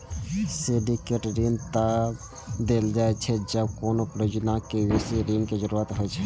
syndicate ऋण तब देल जाइ छै, जब कोनो परियोजना कें बेसी ऋण के जरूरत होइ छै